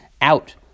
out